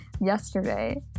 yesterday